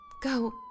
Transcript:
Go